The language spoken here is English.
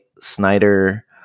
Snyder